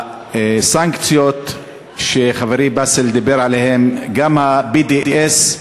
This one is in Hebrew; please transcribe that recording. הסנקציות שחברי באסל דיבר עליהן, גם ה-BDS,